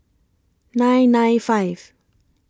nine nine five